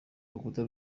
rukuta